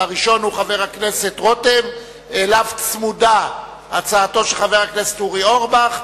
הראשון הוא חבר הכנסת רותם שאליו צמודה הצעתו של חבר הכנסת אורי אורבך,